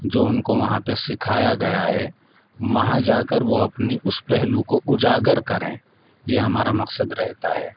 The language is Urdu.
جو ان کو وہاں پہ سکھایا گیا ہے وہاں جا کر وہ اپنی اس پہلو کو اجاگر کریں یہ ہمارا مقصد رہتا ہے